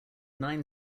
nine